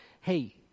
hey